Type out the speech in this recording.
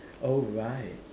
oh right